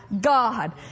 God